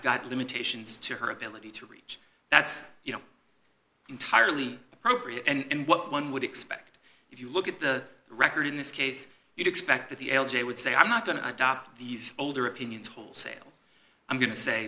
got limitations to her ability to reach that's you know entirely appropriate and what one would expect if you look at the record in this case you'd expect that the l j would say i'm not going to adopt these older opinions wholesale i'm going to say